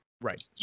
right